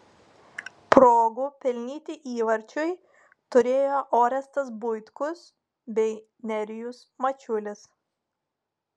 progų pelnyti įvarčiui turėjo orestas buitkus bei nerijus mačiulis